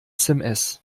sms